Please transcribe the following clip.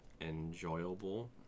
enjoyable